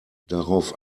darauf